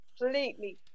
completely